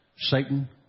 Satan